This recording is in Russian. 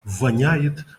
воняет